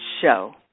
show